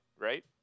right